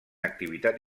activitat